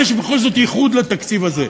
יש בכל זאת ייחוד לתקציב הזה.